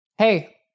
Hey